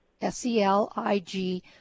s-e-l-i-g